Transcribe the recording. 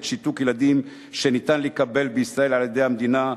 שיתוק ילדים שאפשר לקבל בישראל על-ידי המדינה,